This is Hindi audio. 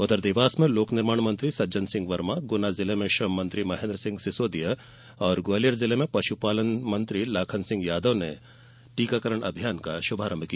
उधर देवास में लोक निर्माण मंत्री सज्जन सिंह वर्मा गुना जिले में श्रम मंत्री महेन्द्र सिंह सिसोदिया ग्वालियर जिले में पश्रपालन मंत्री लाखन सिंह यादव ने टीकाकरण अभियान का शुभारंभ किया